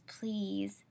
please